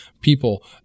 people